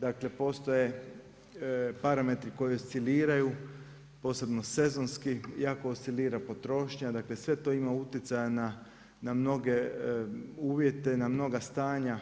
Dakle, postoje parametri koji osciliraju, posebno sezonski jako oscilira potrošnja, dakle sve to ima utjecaja na mnoge uvjete na mnoga stanja